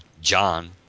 John